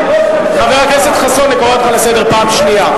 חבר הכנסת חסון, אני קורא אותך לסדר פעם שנייה.